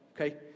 Okay